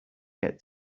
get